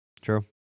true